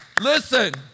listen